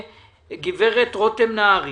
גב' רותם נהרי